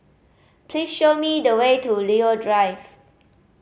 please show me the way to Leo Drive